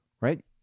right